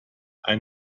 ein